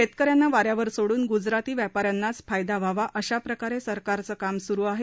शेतकऱ्यांना वाऱ्यावर सोडून गुजराती व्यापाऱ्यांनाच फायदा व्हावा अशाप्रकारे सरकारचं काम सुरु आहे